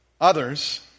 Others